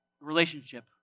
Relationship